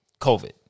COVID